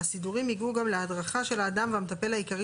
הסידורים יגעו גם להדרכה של האדם והמטפל העיקרי